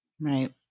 Right